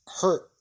hurt